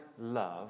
love